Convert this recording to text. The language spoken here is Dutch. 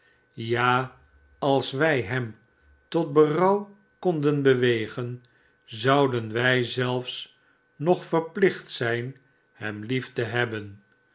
ja als wij hem tot berouw konden bewegen zouden wij zelfs nog verplicht zijn hem lief te hebben